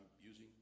using